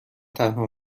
تنها